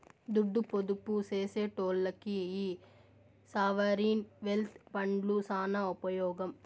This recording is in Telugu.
దుడ్డు పొదుపు సేసెటోల్లకి ఈ సావరీన్ వెల్త్ ఫండ్లు సాన ఉపమోగం